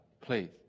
please